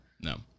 No